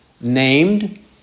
named